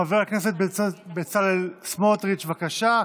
חבר הכנסת בצלאל סמוטריץ', בבקשה.